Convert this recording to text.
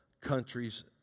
countries